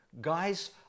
guys